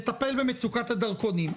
נטפל במצוקת הדרכונים.